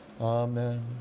Amen